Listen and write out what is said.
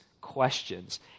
questions